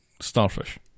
starfish